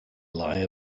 lie